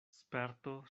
sperto